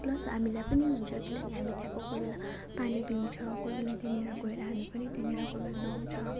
plus हामीलाई पनि हुन्छ किनभने हामी त्यहाँको कोही बेला पानी पिउँछ कोही बेला त्यहाँनिर गएर हामी पनि त्यहाँनिर कोही बेला नुहाउँछ